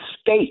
state